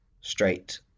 straight